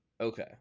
Okay